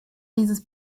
dieses